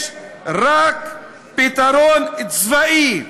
יש רק פתרון צבאי.